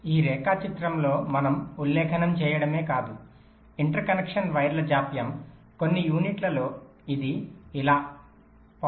ఈ రేఖాచిత్రంలో మనం ఉల్లేఖనం చేయడమే కాదు ఇంటర్ కనెక్షన్ వైర్ల జాప్యం కొన్ని యూనిట్లలో ఇది ఇలా 0